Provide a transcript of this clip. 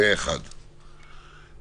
הצבעה בעד פה אחד אושר אושר פה אחד.